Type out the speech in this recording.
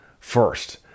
first